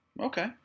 Okay